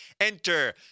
Enter